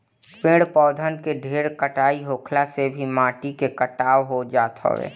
पेड़ पौधन के ढेर कटाई होखला से भी माटी के कटाव हो जात हवे